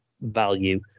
value